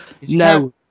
No